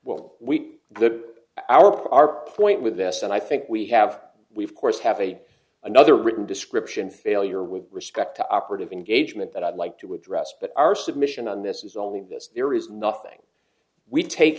for our point with this and i think we have we've course have a another written description failure with respect to operative engagement that i'd like to address but our submission on this is only this there is nothing we take